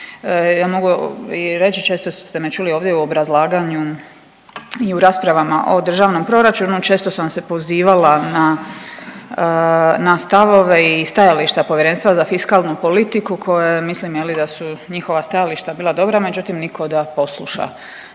Ja mogu i reći, često ste me čuli ovdje u obrazlaganju i u raspravama o državnom proračunu, često sam se pozivala na, na stavove i stajališta Povjerenstva za fiskalnu politiku koja mislim je li da su njihova stajališta bila dobra, međutim niko da posluša